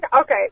Okay